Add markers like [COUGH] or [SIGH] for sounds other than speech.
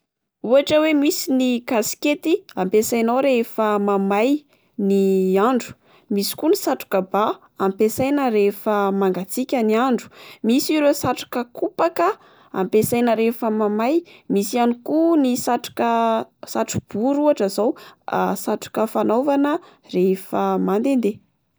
Ohatra oe misy ny kaskety ampesainao rehefa mamay ny [HESITATION] andro, misy koa ny satroka bà ampesaina rehefa mangatsiaka ny andro, misy ny satroka kopaka ampesaina rehefa mamay, misy ihany koa ny satroka [HESITATION] satro-bory ohatra zao satroka fanaovana rehefa mandende.